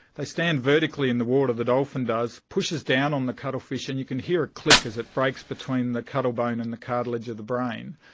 they stand vertically in the water, the dolphin does, pushes down on the cuttlefish and you can hear it click as it breaks between the cuttlebone and the cartilage of the brain,